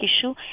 issue